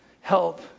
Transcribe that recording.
help